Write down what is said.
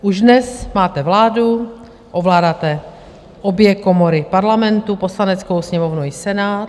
Už dnes máte vládu, ovládáte obě komory Parlamentu Poslaneckou sněmovnu i Senát.